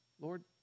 Lord